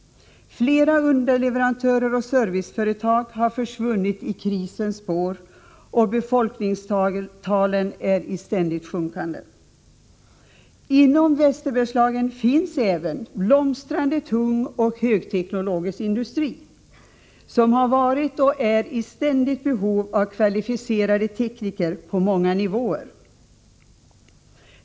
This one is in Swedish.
Flera underleverantörer och serviceföretag har försvunnit i krisens spår, och befolkningstalen är i ständigt sjunkande. I västra Bergslagen finns även blomstrande tung och högteknologisk industri som har varit och är i behov av kvalificerade tekniker på många nivåer.